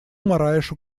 мораешу